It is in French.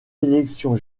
élections